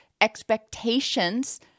expectations